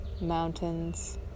mountains